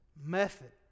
method